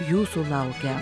jūsų laukia